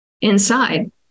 inside